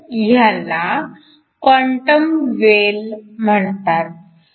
ह्याला quantum well म्हणतात